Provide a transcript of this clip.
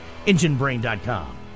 enginebrain.com